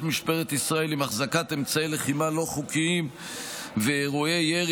משטרת ישראל עם החזקת אמצעי לחימה לא חוקיים ואירועי ירי